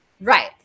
Right